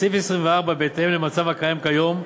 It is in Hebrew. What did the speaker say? בסעיף 24, בהתאם למצב הקיים כיום,